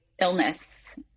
illness